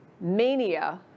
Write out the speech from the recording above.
mania